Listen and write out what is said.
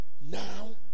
now